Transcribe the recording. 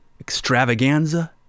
extravaganza